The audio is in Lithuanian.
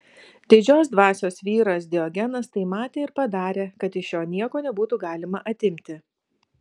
didžios dvasios vyras diogenas tai matė ir padarė kad iš jo nieko nebūtų galima atimti